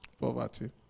poverty